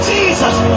Jesus